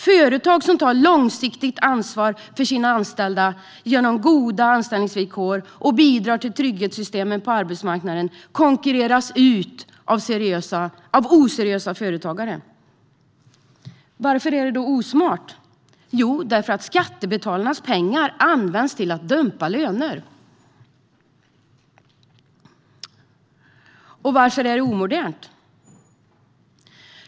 Företag som tar ett långsiktigt ansvar för sina anställda genom goda anställningsvillkor och bidrar till trygghetssystemet på arbetsmarknaden konkurreras ut av oseriösa företagare. Varför är det osmart? Jo, det är det därför att skattebetalarnas pengar används till att dumpa löner. Och varför är det omodernt?